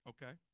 Okay